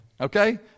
Okay